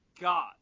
God